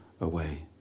away